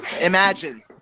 Imagine